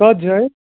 کتھ جایہِ